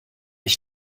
ich